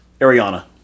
ariana